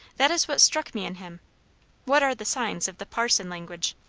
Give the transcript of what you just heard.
that is what struck me in him what are the signs of the parson language?